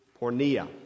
pornea